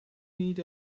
need